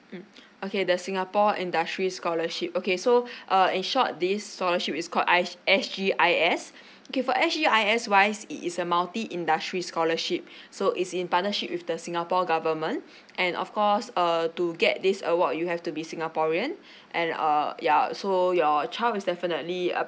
mm okay the singapore industry scholarship okay so uh in short this scholarship is called I_S S_G_I_S okay for S_G_I_S wise it is a multi industry scholarship so is in partnership with the singapore government and of course err to get this award you have to be singaporean and err ya so your child is definitely applicable uh